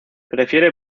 prefiere